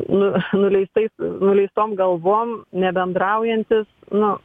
nu nuleistais nuleistom galvom nebendraujantys nu